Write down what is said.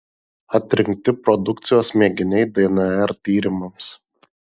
atrinkti produkcijos mėginiai dnr tyrimams